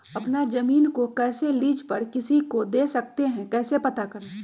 अपना जमीन को कैसे लीज पर किसी को दे सकते है कैसे पता करें?